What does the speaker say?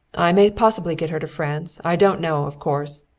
i may possibly get her to france. i don't know, of course,